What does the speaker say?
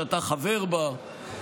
שאתה חבר בה,